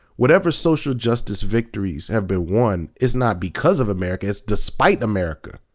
whatever social justice victories have been won is not because of america, it's despite america.